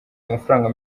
amafaranga